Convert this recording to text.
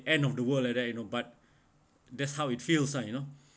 end of the world like that you know but that's how it feels like you know